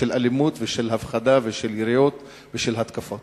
של אלימות ושל הפחדה ושל יריות ושל התקפות.